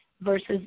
versus